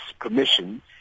permission